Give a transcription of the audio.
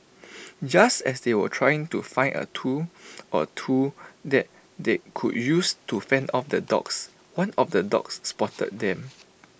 just as they were trying to find A tool or two that they could use to fend off the dogs one of the dogs spotted them